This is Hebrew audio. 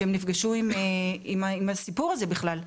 שהם נפגשו עם הסיפור הזה בכלל,